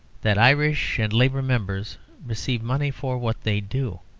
that irish and labour members receive money for what they do.